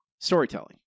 storytelling